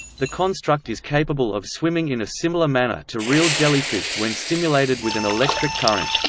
the construct is capable of swimming in a similar manner to real jellyfish when stimulated with an electric current.